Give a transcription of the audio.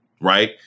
right